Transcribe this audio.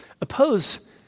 oppose